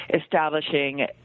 establishing